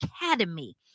academy